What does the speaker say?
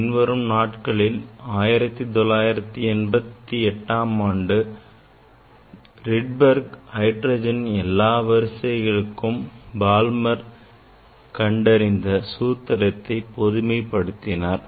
பின்நாட்களில் 1988 ஆண்டு Johannes Rydberg ஹைட்ரஜனின் எல்லா வரிசைகளுக்கும் Balmer கண்டறிந்த சூத்திரத்தை பொதுமைப்படுத்தினார்